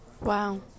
Wow